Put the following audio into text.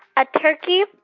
a turkey,